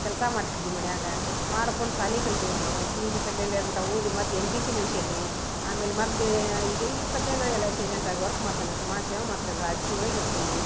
ಕೆಲಸ ಮಾಡ್ತಿದ್ದೀವಿ ಮನ್ಯಾಗ ಮಾಡ್ಕೊಂಡು ಶಾಲಿ ಕಲ್ತಿವಿ ರಿ ನಾವು P U C second year ಮಟ್ಟ ಓದಿ ಮತ್ತೆ ಎನ್ ಟಿ ಸಿ ಮುಗ್ಶೇನು ರೀ ಆಮೇಲೆ ಮತ್ತು ಈಗ ಈಗ ಸದ್ಯ ನಾ ಎಲ್ ಐ ಸಿ ಏಜೆಂಟ್ ಆಗಿ ವರ್ಕ್ ಮಾಡ್ತೇನೆ ಸಮಾಜ ಸೇವೆ ಮಾಡ್ತೇನೆ ರಾಜಕೀಯ ಒಳೆಗ ಇರ್ತಿನಿ ರೀ